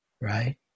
Right